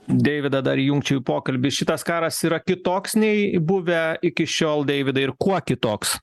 deividą dar įjungčių į pokalbį šitas karas yra kitoks nei buvę iki šiol deividai ir kuo kitoks